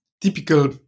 typical